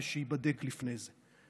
ושייבדק לפני זה.